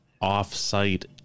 off-site